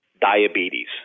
diabetes